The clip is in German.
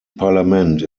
parlament